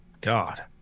God